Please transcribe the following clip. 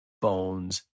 bones